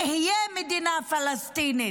תהיה מדינה פלסטינית,